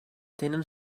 tenen